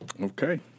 Okay